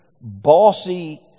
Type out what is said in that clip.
bossy